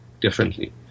differently